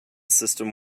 system